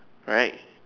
right